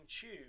tube